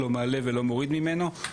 לא מעלה ולא מוריד ממנו.